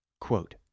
Quote